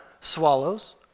swallows